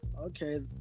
okay